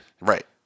Right